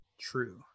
true